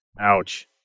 Ouch